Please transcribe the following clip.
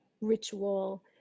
ritual